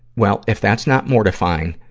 well, if that's not mortifying,